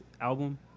album